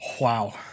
wow